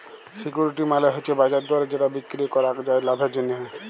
security মালে হচ্যে বাজার দরে যেটা বিক্রি করাক যায় লাভের জন্যহে